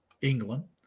England